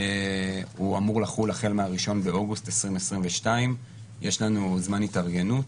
הוא אמור לחול החל מה-1 באוגוסט 2022. יש לנו זמן התארגנות.